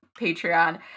Patreon